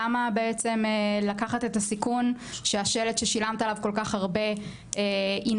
למה לקחת את הפרסום שהשלט ששילמת עליו כל-כך הרבה יינזק,